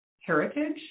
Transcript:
heritage